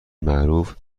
معروف